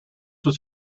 was